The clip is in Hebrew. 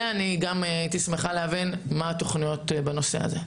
הייתי שמחה להבין מה התוכניות בנושא הזה.